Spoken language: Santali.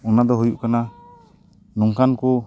ᱚᱱᱟ ᱫᱚ ᱦᱩᱭᱩᱜ ᱠᱟᱱᱟ ᱱᱚᱝᱠᱟᱱ ᱠᱚ